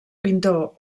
pintor